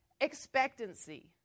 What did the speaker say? expectancy